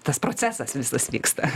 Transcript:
tas procesas viskas vyksta